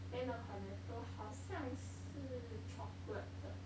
then the Cornetto 好像是 chocolate 的